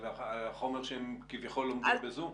על החומר שהם כביכול לומדים בזום?